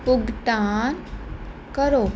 ਭੁਗਤਾਨ ਕਰੋ